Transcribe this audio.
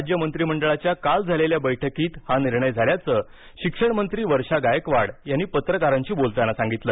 राज्य मंत्रिमंडळाच्या काल झालेल्या बैठकीत हा निर्णय झाल्याचं शिक्षण मंत्री वर्षा गायकवाड यांनी पत्रकारांशी बोलताना सांगितलं